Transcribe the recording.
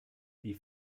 die